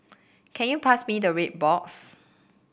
can you pass me the red box